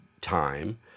time